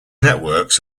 networks